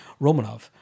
Romanov